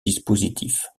dispositif